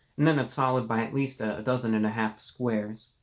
and then that's followed by at least a dozen and a half squares